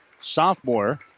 sophomore